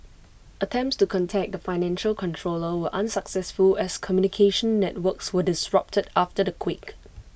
attempts to contact the financial controller were unsuccessful as communication networks were disrupted after the quake